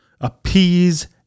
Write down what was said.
Appease